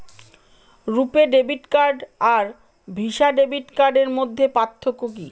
রূপে debit card আর Visa debit কার্ডের মধ্যে পার্থক্য কি?